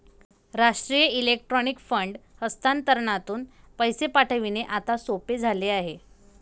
राष्ट्रीय electronic fund हस्तांतरणातून पैसे पाठविणे आता सोपे झाले आहे